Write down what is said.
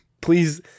please